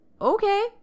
okay